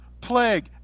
plague